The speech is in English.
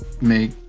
make